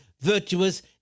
virtuous